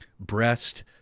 breast